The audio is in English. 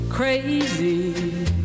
Crazy